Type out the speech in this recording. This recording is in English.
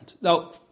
Now